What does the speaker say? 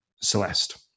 Celeste